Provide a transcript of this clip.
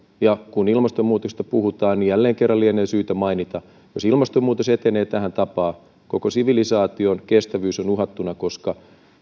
kun ilmastonmuutoksesta puhutaan niin jälleen kerran lienee syytä mainita että jos ilmastonmuutos etenee tähän tapaan koko sivilisaation kestävyys on uhattuna koska